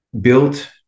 built